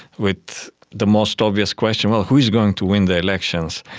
with the most obvious question well, who's going to win the elections?